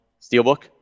steelbook